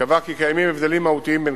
קבע כי קיימים הבדלים מהותיים בין